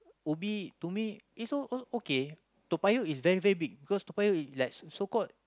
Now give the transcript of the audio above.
Ubi to me is O okay Toa-Payoh is very very big because Toa-Payoh is like so called